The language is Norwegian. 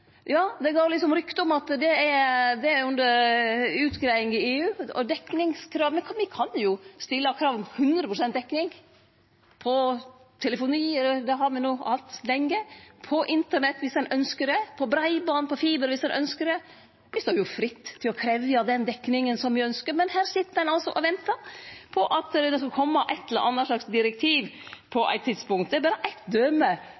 rykte om at det er under utgreiing i EU. Me kan jo stille krav om 100 pst. dekning for telefoni, det har me hatt lenge – og for internett, breiband og for fiber, viss ein ønskjer det. Me står fritt til å krevje den dekninga me ønskjer, men her sit ein og ventar på at det skal kome eit eller anna direktiv på eit tidspunkt. Det er berre eitt døme